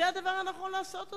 זה הדבר הנכון לעשות אותו.